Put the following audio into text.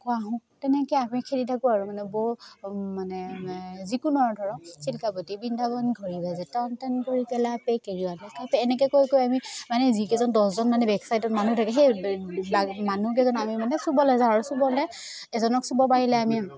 আকৌ আহোঁ তেনেকৈ আমি খেলি থাকোঁ আৰু মানে বৌ মানে যিকোনো আৰু ধৰক চিলকাপতি বৃন্দাবন ঘৰি বাজে টন টন এনেকৈ কৈ কৈ আমি মানে যিকেইজন দহজন মানে বেক চাইদত মানুহ থাকে সেই মানুহকেইজন আমি মানে চুবলৈ যাওঁ আৰু চুবলৈ এজনক চুব পাৰিলে আমি